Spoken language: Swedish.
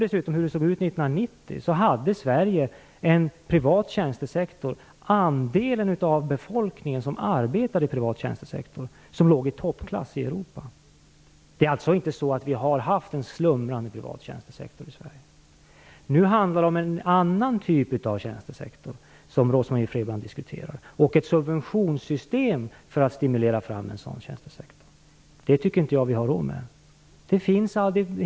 1990 låg Sverige i toppenklass i Europa när det gäller andelen av befolkningen som arbetade inom den privata tjänstesektorn. Vi har alltså inte haft en slumrande privat tjänstesektor. Nu diskuterar Rose-Marie Frebran en annan typ av tjänstesektor, ett subventionssystem för att stimulera fram en sådan tjänstesektor. Jag tycker inte att vi har råd med det.